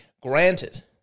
Granted